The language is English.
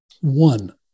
One